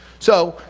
so,